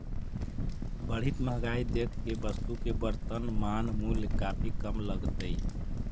बढ़ित महंगाई देख के वस्तु के वर्तनमान मूल्य काफी कम लगतइ